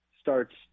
starts –